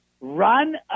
run